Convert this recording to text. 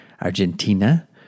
Argentina